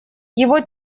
его